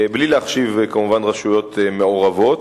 בלי להחשיב רשויות מעורבות.